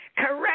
Correct